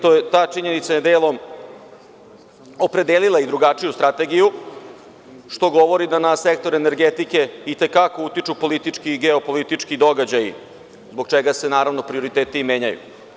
Ta činjenica je delom opredelila i drugačiju strategiju, što govori da na sektor energetike i te kako utiču politički i geopolitički događaji, zbog čega se, naravno, prioriteti menjaju.